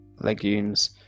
legumes